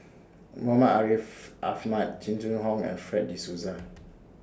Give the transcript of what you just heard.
Muhammad Ariff Ahmad Jing Jun Hong and Fred De Souza